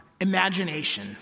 imagination